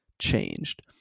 changed